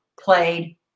played